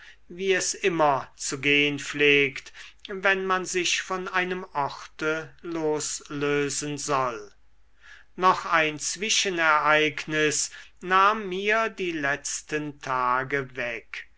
wie es immer zu gehn pflegt wenn man sich von einem orte loslösen soll noch ein zwischenereignis nahm mir die letzten tage weg